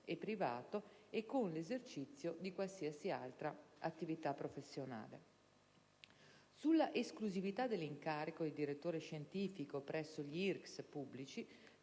e privato e con l'esercizio di qualsiasi attività professionale. Sulla esclusività dell'incarico di direttore scientifico presso gli IRCCS pubblici